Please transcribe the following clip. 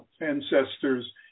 ancestors